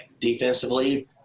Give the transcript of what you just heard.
Defensively